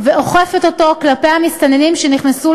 הרשות המחוקקת והרשות המבצעת.